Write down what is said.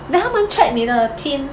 then 他们 check 你的 tint